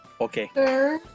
Okay